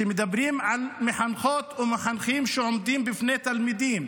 כשמדברים על מחנכות או מחנכים שעומדים בפני תלמידים,